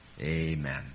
Amen